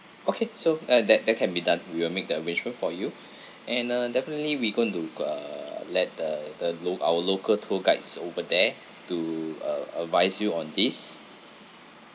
okay so uh that that can be done we will make the arrangement for you and uh definitely we going to go uh let the the lo~ our local tour guides over there to uh advise you on this